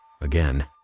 Again